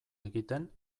egiten